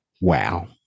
Wow